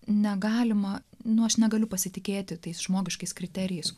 negalima nu aš negaliu pasitikėti tais žmogiškais kriterijus